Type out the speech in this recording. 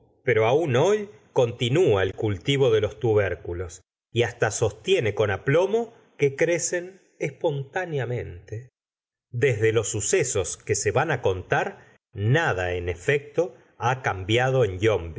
pero aún hoy continua el cultivo de los tubérculos y hasta sostiene con aplomo que crecen espontáneamente desde los sucesos que se van contar nada en efecto ha cambiado en